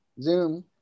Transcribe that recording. Zoom